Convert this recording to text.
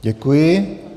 Děkuji.